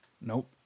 Nope